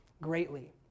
greatly